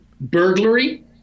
burglary